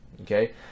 okay